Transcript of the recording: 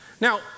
Now